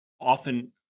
Often